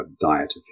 diet